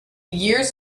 years